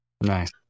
Nice